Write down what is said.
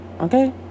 okay